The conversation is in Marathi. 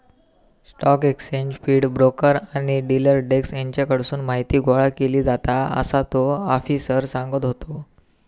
स्टॉक एक्सचेंज फीड, ब्रोकर आणि डिलर डेस्क हेच्याकडसून माहीती गोळा केली जाता, असा तो आफिसर सांगत होतो